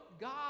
God